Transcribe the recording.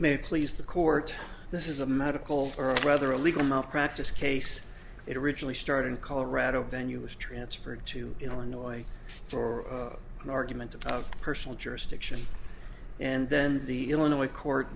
may please the court this is a medical or rather a legal malpractise case it originally started in colorado venue was transferred to illinois for an argument of personal jurisdiction and then the illinois court